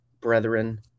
brethren